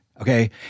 okay